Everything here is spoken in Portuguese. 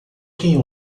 quem